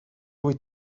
wyt